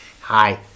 Hi